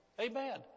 Amen